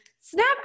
snap